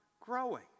growing